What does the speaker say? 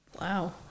Wow